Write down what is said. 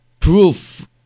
proof